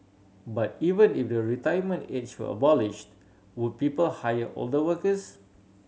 but even if the retirement age were abolished would people hire older workers